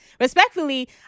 Respectfully